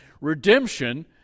redemption